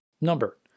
number